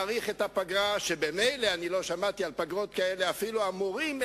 נמאס לו מכל מה שקורה עם כל המוטציה הזאת שקיימת,